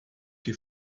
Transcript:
que